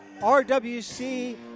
RWC